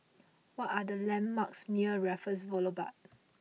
what are the landmarks near Raffles Boulevard